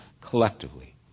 collectively